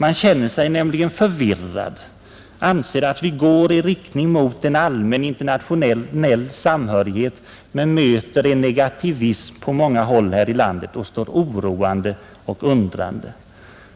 Man känner sig nämligen förvirrad, anser att vi går i riktning mot en allmän internationell samhörighet men möter en negativism på många håll här i landet och står oroad och undrande.